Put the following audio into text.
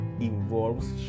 involves